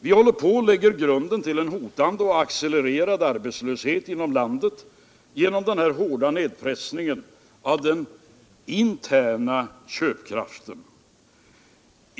Vi håller på att lägga grunden till en hotande och accelererande arbetslöshet i vårt land genom denna hårda nedpressning av den interna köpkraften.